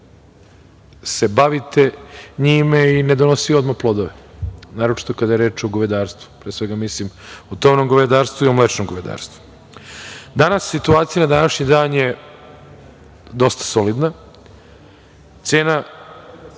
se bavite njime i ne donosi odmah plodove, naročito kada je reč o govedarstvu, pre svega mislim o tovnom govedarstvu i mlečnom govedarstvu. Situacija na današnji dan je dosta solidna. Cena